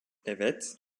evet